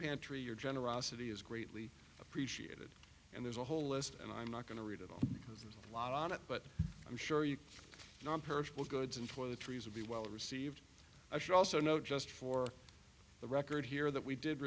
pantry your generosity is greatly appreciated and there's a whole list and i'm not going to read it all because of a lot on it but i'm sure you nonperishable goods and toiletries would be well received i should also know just for the record here that we did